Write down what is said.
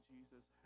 Jesus